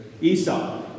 Esau